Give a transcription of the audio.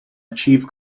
achieve